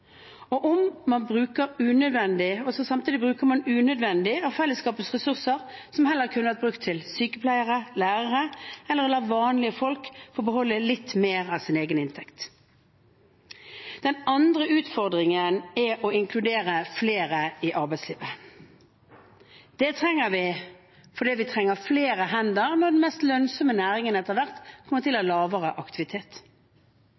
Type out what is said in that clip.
Og samtidig bruker man unødvendig av fellesskapets ressurser, som heller kunne vært brukt til sykepleiere, lærere eller å la vanlige folk få beholde litt mer av sin egen inntekt. Den andre utfordringen er å inkludere flere i arbeidslivet. Det trenger vi fordi vi trenger flere hender når den mest lønnsomme næringen etter hvert kommer til